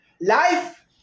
Life